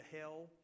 hell